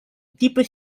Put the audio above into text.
deeper